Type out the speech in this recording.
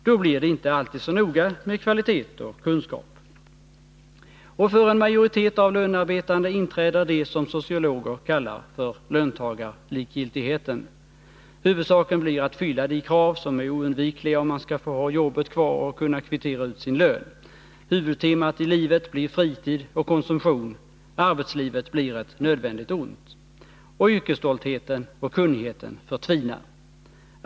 Då blir det inte alltid så noga med kvalitet och kunskap. Och för en majoritet av lönarbetande inträder det som sociologer kallar för löntagarlikgiltigheten. Huvudsaken blir att uppfylla de krav som är oundvikliga om man skall få ha jobbet kvar och kunna kvittera ut sin lön. Huvudtemat i livet blir fritid och konsumtion, arbetslivet blir ett nödvändigt ont. Och yrkesstoltheten och kunnigheten förtvinar.